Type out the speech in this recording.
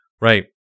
Right